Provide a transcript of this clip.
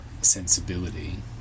sensibility